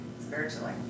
Spiritually